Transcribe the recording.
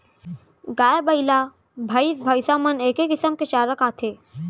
गाय, बइला, भईंस भईंसा मन एके किसम के चारा खाथें